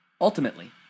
Ultimately